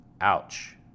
ouch